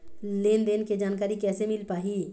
लेन देन के जानकारी कैसे मिल पाही?